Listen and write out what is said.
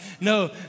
no